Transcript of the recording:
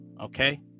okay